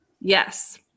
Yes